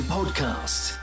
Podcast